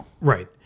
Right